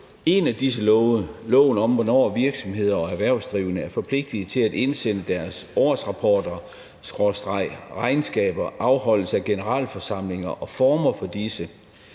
En af disse love er loven om, hvornår virksomheder og erhvervsdrivende er forpligtet til at indsende deres årsrapporter/regnskaber, om afholdelse af generalforsamlinger og former for disse.